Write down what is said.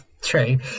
true